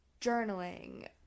journaling